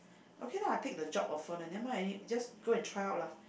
okay lah I take the job offer never mind just go and try out lah